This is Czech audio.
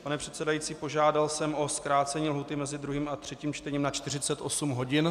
Pane předsedající, požádal jsem o zkrácení lhůty mezi druhým a třetím čtením na 48 hodin.